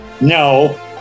no